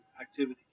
activities